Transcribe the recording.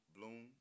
Bloom